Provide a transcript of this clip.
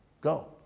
Go